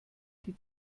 die